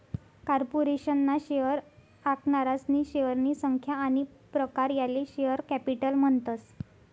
corporation ना share आखनारासनी शेअरनी संख्या आनी प्रकार याले शेअर कॅपिटल म्हणतस